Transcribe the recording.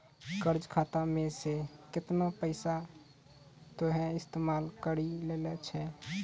कर्जा खाता मे से केतना पैसा तोहें इस्तेमाल करि लेलें छैं